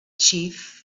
chief